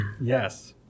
Yes